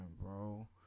bro